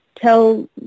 tell